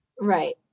Right